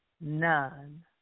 none